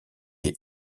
des